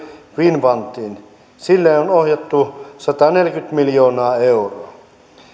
finnfundiin sille on ohjattu sataneljäkymmentä miljoonaa euroa